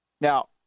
Now